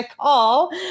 call